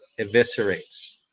eviscerates